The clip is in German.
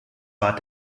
war